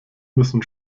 müssen